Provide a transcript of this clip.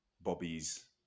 Bobby's